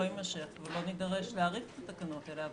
יימשך ולא נידרש להאריך את התקנות האלה.